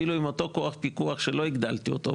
אפילו עם אותו כוח פיקוח שלא הגדלתי אותו,